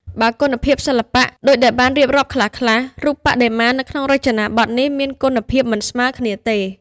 បើគុណភាពសិល្បៈ ដូចដែលបានរៀបរាប់ខ្លះៗ រូបបដិមានៅក្នុងរចនាបថនេះមានគុណភាព មិនស្មើគ្នាទេ។